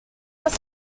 was